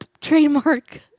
trademark